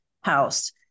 house